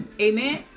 Amen